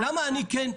למה אני כן,